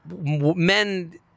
men